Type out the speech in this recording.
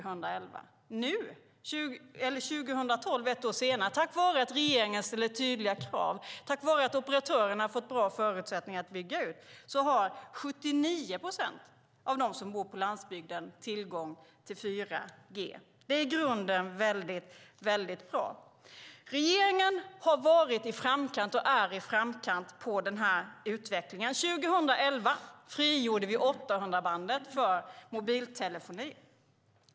Ett år senare, 2012, hade 79 procent på landsbygden tillgång till 4G, tack vare att regeringen ställde tydliga krav och tack vare att operatörerna fått bra förutsättningar att bygga ut. Det är i grunden väldigt bra. Regeringen har varit i framkant och är i framkant när det gäller den här utvecklingen. År 2011 frigjorde vi 800-bandet för mobiltelefoni.